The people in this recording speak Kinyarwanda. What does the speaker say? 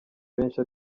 benshi